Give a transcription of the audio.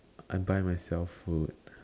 I buy myself food